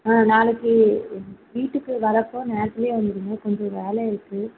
ஆ நாளைக்கு வீட்டுக்கு வரப்போது நேரத்திலே வந்துடுங்க கொஞ்சம் வேலை இருக்குது